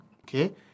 okay